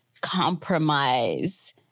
compromise